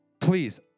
please